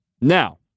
Now